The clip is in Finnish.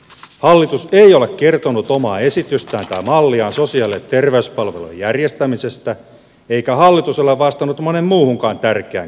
hallitus ei ole kertonut omaa esitystään tai malliaan sosiaali ja terveyspalvelujen järjestämisestä eikä hallitus ole vastannut moneen muuhunkaan tärkeään kysymykseen